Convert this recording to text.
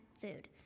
food